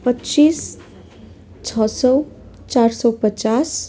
पच्चिस छ सौ चार सौ पचास